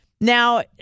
now